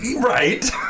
right